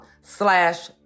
slash